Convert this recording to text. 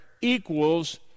equals